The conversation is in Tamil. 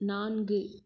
நான்கு